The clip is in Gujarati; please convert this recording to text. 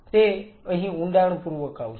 તે અહીં ઊંડાણપૂર્વક આવશે